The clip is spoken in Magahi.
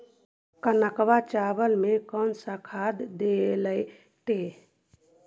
कनकवा चावल में कौन से खाद दिलाइतै?